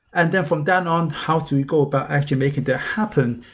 and from then on, how to go about actually making that happen.